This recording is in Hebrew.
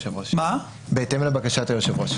בהתאם לבקשת היושב ראש.